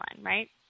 Right